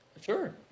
Sure